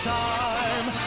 time